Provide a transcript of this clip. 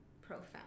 profound